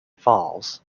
falls